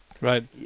Right